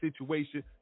situation